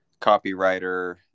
copywriter